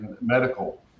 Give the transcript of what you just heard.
medical